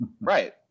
Right